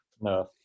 No